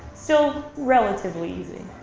still relatively easy.